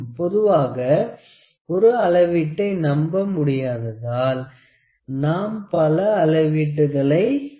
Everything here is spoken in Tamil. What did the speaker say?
பொதுவாக ஒரே ஒரு அளவீட்டை நம்ப முடியாததால் நாம் பல அளவீட்ட்டுகளை எடுப்போம்